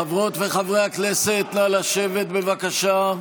חברות וחברי הכנסת, נא לשבת, בבקשה.